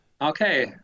okay